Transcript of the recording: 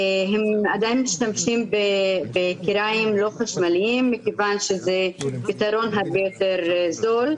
עדיין משתמשים בכיריים לא חשמליים מכיוון שזה פתרון הרבה יותר זול.